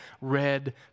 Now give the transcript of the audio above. red